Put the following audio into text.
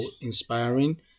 inspiring